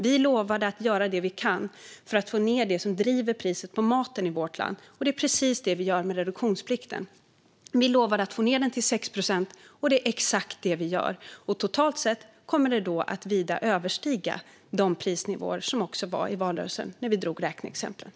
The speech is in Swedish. Vi lovade att göra det vi kan för att få ned det som driver upp priset på mat i vårt land, och det är precis det vi gör med reduktionsplikten. Vi lovade att få ned den till 6 procent, och det är exakt det vi gör. Totalt sett kommer detta att vida överstiga de prisnivåer som gällde under valrörelsen när vi drog räkneexemplet.